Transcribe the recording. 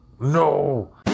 No